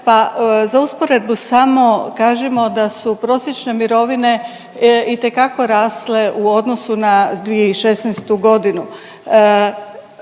pa za usporedbu samo kažimo da su prosječne mirovine itekako rasle u odnosu na 2016. godinu.